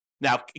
Now